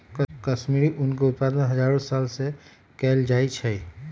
कश्मीरी ऊन के उत्पादन हजारो साल से कएल जाइ छइ